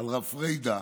על רב פרידא,